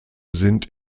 sind